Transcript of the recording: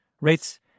Rates